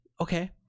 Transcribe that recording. Okay